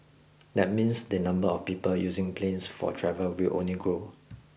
that means the number of people using planes for travel will only grow